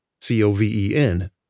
C-O-V-E-N